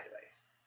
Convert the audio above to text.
device